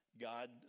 god